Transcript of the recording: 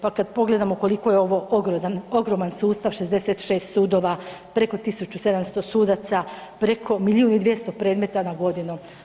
Pa kad pogledamo koliko je ovo ogroman sustav 66 sudova, preko 1700 sudaca, preko milijun i 200 predmeta na godinu.